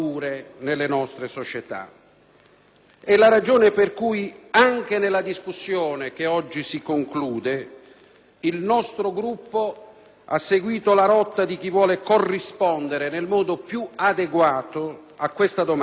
sempre in questo spirito e devo dire che le proposte che hanno registrato il consenso della maggioranza di quest'Aula rendono certamente più adeguati gli strumenti di lotta contro la criminalità organizzata,